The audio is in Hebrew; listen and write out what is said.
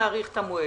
להאריך את המועד.